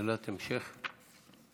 שאלת המשך.